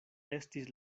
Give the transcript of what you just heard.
estis